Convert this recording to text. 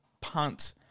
punt